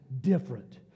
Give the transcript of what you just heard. different